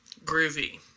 Groovy